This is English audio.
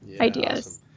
ideas